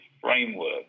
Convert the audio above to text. framework